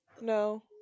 No